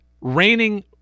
reigning